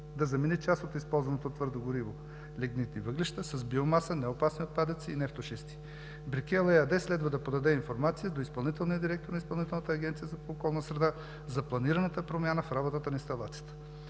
да замени част от използваното твърдо гориво лигнитни въглища с биомаса, неопасни отпадъци и нефтошисти „Брикел“ ЕАД следва да подаде информация до изпълнителния директор на Изпълнителната агенция по околна среда за планираната промяна в работата на инсталацията.